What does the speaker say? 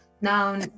now